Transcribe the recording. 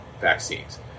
vaccines